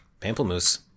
pamplemousse